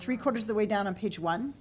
three quarters of the way down on page one